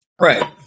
right